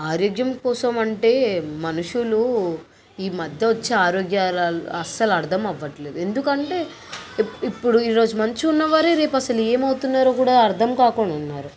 ఆరోగ్యం కోసమంటే మనుషులు ఈ మధ్య వొచ్చే ఆరోగ్యాలలో అస్సలు అర్థం అవ్వట్లేదు ఎందుకంటే ఇప్పుడు ఈరోజు మంచిగున్న వారే రేపు అస్సలు ఏమవుతున్నారో కూడా అసలు అర్థం కాకుండా ఉన్నారు